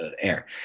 air